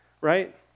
right